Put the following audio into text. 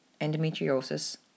endometriosis